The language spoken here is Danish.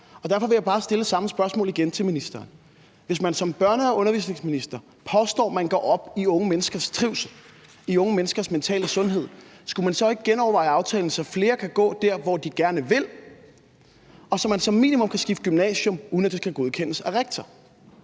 Derfor vil jeg bare stille samme spørgsmål igen til ministeren: Hvis man som børne- og undervisningsminister påstår, at man går op i unge menneskers trivsel og i unge menneskers mentale sundhed, skulle man så ikke genoverveje aftalen, så flere kan gå der, hvor de gerne vil, og så man som minimum kan skifte gymnasium, uden at det skal godkendes af rektor?